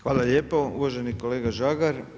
Hvala lijepo uvaženi kolega Žagar.